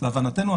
להבנתנו,